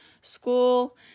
school